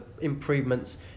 improvements